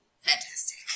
Fantastic